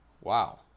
Wow